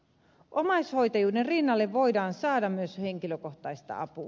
omaishoitajuuden rinnalle voidaan saada myös henkilökohtaista apua